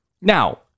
Now